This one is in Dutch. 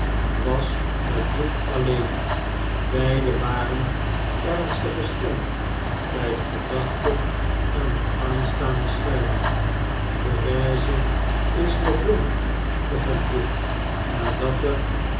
was met duke iueeli beiden waren ernstig gestemd bij de jedactite aan de aanstaande scheiding therese is nog jong begon duke nadat eene